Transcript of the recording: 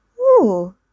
Ooh